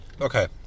Okay